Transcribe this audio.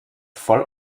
voll